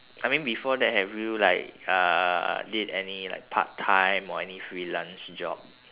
I mean before that have you like uh did any like part time or any freelance job